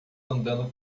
andando